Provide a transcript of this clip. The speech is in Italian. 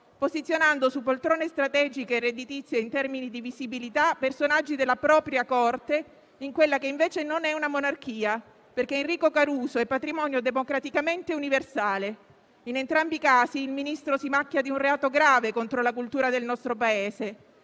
posizionando su poltrone strategiche e redditizie in termini di visibilità personaggi della propria corte, in quella che invece non è una monarchia, perché Enrico Caruso è patrimonio democraticamente universale. In entrambi i casi, il ministro si macchia di un reato grave contro la cultura del nostro Paese,